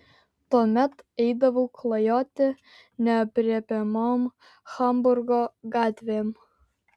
tuomet eidavau klajoti neaprėpiamom hamburgo gatvėm